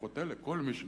לפחות כל מי שנמצא.